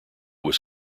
was